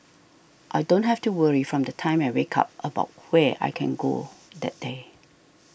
I don't have to worry from the time I wake up about where I can go that day